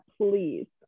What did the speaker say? please